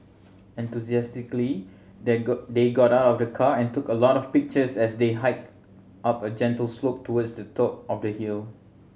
enthusiastically they they got out of the car and took a lot of pictures as they hiked up a gentle slope towards the top of the hill